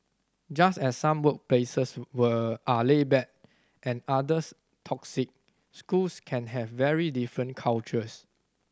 just as some workplaces were are laid back and others toxic schools can have very different cultures